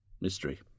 Mystery